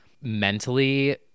mentally